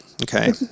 Okay